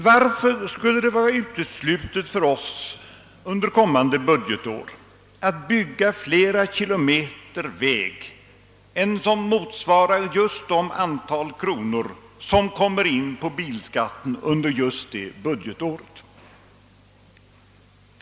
Varför skulle det vara uteslutet för oss under kommande budget att bygga fler kilometer väg än som motsvarar just det antal kronor som kommer in från bilskatten under just det budgetåret?